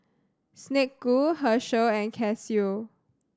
Snek Ku Herschel and Casio